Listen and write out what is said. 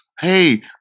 Hey